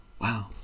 Wow